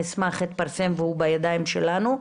המסמך התפרסם והוא בידיים שלנו.